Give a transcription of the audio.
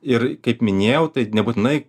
ir kaip minėjau tai nebūtinai